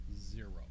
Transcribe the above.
zero